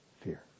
fear